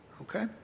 Okay